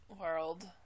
world